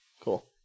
cool